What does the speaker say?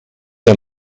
der